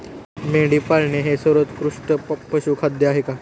मेंढी पाळणे हे सर्वोत्कृष्ट पशुखाद्य आहे का?